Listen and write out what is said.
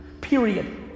period